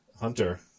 Hunter